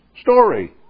story